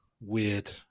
weird